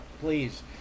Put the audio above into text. please